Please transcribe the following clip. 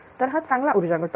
तर हा चांगला ऊर्जा घटक